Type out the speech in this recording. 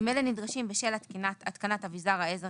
אם אלה נדרשים בשל התקנת אביזר העזר